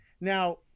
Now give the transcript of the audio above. Now